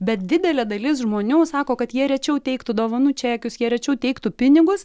bet didelė dalis žmonių sako kad jie rečiau teiktų dovanų čekius jie rečiau teiktų pinigus